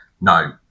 no